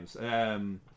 games